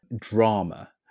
drama